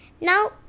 Now